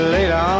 Later